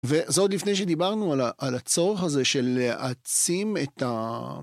וזאת לפני שדיברנו על הצורך הזה של להעצים את.